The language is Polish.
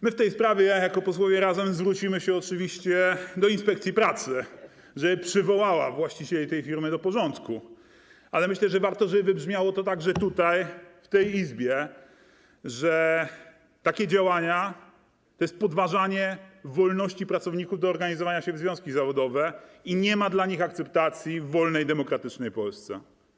My w tej sprawie, jako posłowie Razem, zwrócimy się oczywiście do inspekcji pracy, żeby przywołała właścicieli tej firmy do porządku, ale myślę, że warto, żeby wybrzmiało to także w tej Izbie, że takie działania to podważanie wolności pracowników do organizowania się w związki zawodowe i nie ma dla nich akceptacji w wolnej demokratycznej Polsce.